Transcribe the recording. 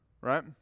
Right